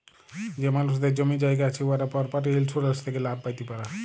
যে মালুসদের জমি জায়গা আছে উয়ারা পরপার্টি ইলসুরেলস থ্যাকে লাভ প্যাতে পারে